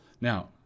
Now